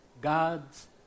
God's